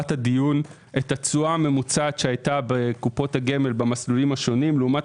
את התשואה הממוצעת שהייתה בקופות הגמל במסלולים השונים לעומת